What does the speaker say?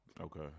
Okay